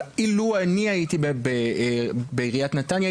אבל אילו אני הייתי בעיריית נתניה,